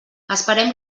esperem